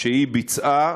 שהיא ביצעה,